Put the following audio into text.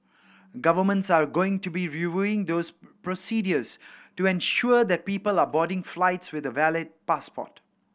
governments are going to be reviewing those procedures to ensure that people are boarding flights with a valid passport